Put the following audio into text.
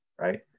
right